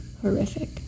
horrific